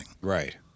Right